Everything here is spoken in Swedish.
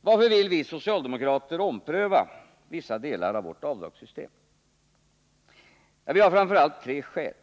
Varför vill vi socialdemokrater ompröva vissa delar av vårt avdragssystem? Vi har framför allt tre skäl.